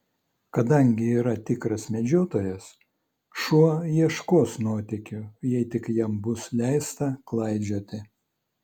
kadangi yra tikras medžiotojas šuo ieškos nuotykių jei tik jam bus leista klaidžioti